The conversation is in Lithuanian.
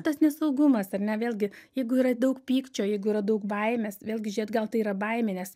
tas nesaugumas ar ne vėlgi jeigu yra daug pykčio jeigu yra daug baimės vėlgi žėt gal tai yra baimė nes